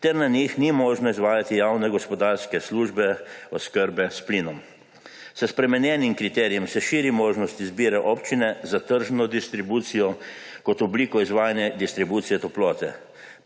ter na njih ni možno izvajati javne gospodarske službe oskrbe s plinom. S spremenjenim kriterijem se širi možnost izbire občine za tržno distribucijo kot obliko izvajanja distribucije toplote.